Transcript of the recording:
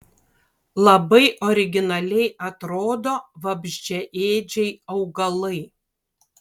labai originaliai atrodo vabzdžiaėdžiai augalai